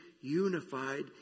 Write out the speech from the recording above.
unified